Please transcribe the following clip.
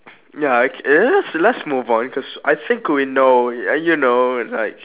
ya okay let's let's move on cause I think we know ya you know like